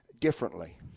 differently